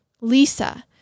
Lisa